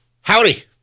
Howdy